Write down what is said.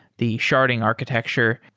the sharding architecture.